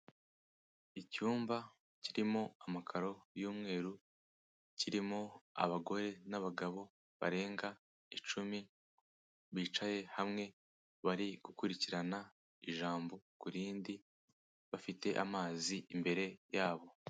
Icyumba kirimo amakaro y'umweru, kirimo abagore n'abagabo barenga icumi, bicaye hamwe bari gukurikirana, ijambo kuri rindi bafite amazi imbere yabo.